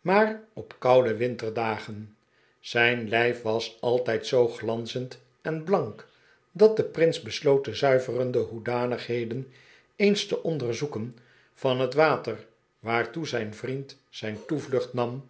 maar op koude winterdagen zijn lijf was altijd zoo glaiizend eri blank dat de prins besloot de zuiverende hoedanigheden eens te onderzoeken van het water waartoe zijn vriend zijn toevlucht nam